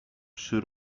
przy